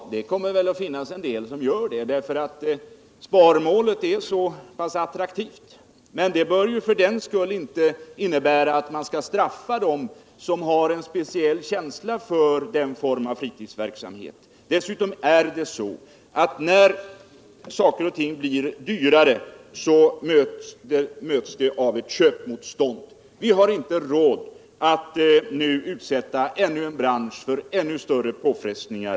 det finns välen del som gör det, för sparmålet är så pass attraktivt. Men för den skull behöver man inte straffa dem som har en speciell känsla för denna form av fritidsverksamhet. När saker och ting blir dyrare, möts de dessutom av ett köpmotstånd. Vi har inte råd att nu utsätta ytterligare en bransch i vårt land för ännu större påfrestningar.